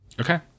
Okay